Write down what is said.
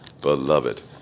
beloved